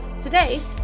Today